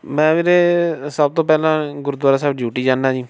ਮੈਂ ਵੀਰੇ ਸਭ ਤੋਂ ਪਹਿਲਾਂ ਗੁਰਦੁਆਰਾ ਸਾਹਿਬ ਡਿਊਟੀ ਜਾਂਦਾ ਜੀ